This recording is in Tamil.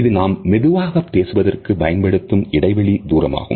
இது நாம் மெதுவாக பேசுவதற்கு பயன்படுத்தும் இடைவெளி தூரமாகும்